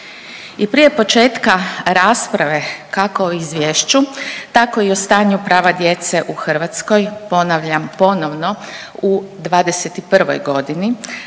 prije početka rasprave kako o izvješću tako i o stanju prava djece u Hrvatskoj, ponavljam ponovno u '21. godini,